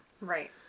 Right